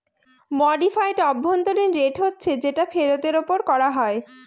modified অভ্যন্তরীন rate হচ্ছে যেটা ফেরতের ওপর করা হয়